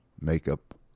makeup